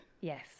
Yes